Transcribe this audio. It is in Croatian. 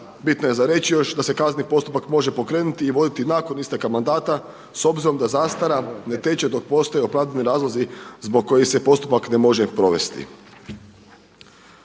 Bitno je za reći još da se kazneni postupak može pokrenuti i voditi nakon isteka mandata s obzirom da zastara ne teče dok postoje opravdani razlozi zbog kojih se postupak ne može provesti.